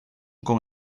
con